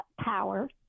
power